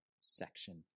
section